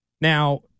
Now